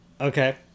Okay